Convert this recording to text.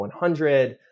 100